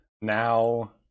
Now